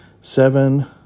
seven